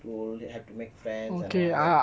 to help to make friends and all that